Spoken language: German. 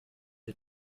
wir